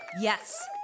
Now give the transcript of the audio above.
Yes